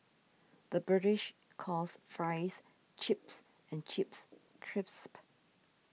the British calls Fries Chips and Chips Crisps